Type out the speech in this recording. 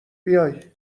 بیای